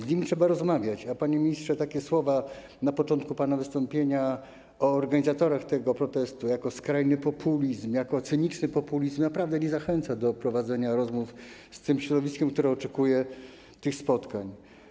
Z nimi trzeba rozmawiać, panie ministrze, a takie słowa, jak te z początku pana wystąpienia, o organizatorach tego protestu, o skrajnym populizmie, cynicznym populizmie, naprawdę nie zachęcają do prowadzenia rozmów z tym środowiskiem, które oczekuje tych spotkań.